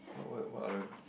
what what what other